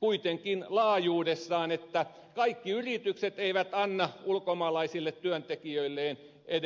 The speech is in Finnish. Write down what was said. kuitenkin laajuudessaan että kaikki yritykset eivät anna ulkomaalaisille työntekijöilleen edes tilinauhaa